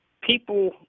people –